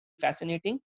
fascinating